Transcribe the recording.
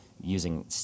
using